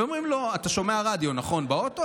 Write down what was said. ואומרים לו: אתה שומע רדיו באוטו,